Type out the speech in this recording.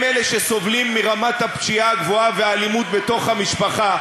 הם אלה שסובלים מרמת הפשיעה הגבוהה והאלימות בתוך המשפחה.